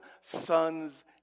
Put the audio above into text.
sons